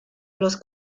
los